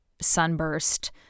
sunburst